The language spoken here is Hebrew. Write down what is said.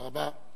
תודה רבה.